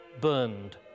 burned